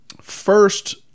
First